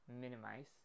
minimize